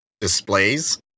displays